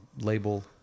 label